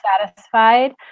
satisfied